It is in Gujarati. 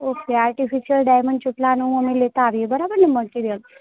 ઓકે આર્ટિફિશિયલ ડાયમંડ ચોટલાનું અમે લેતા આવીએ બરાબર ને મટીરીયલ